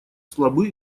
слабы